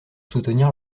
soutenir